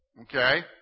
Okay